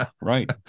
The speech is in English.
Right